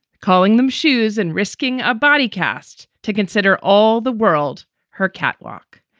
calling them shoes and risking a body cast to consider all the world her catwalk.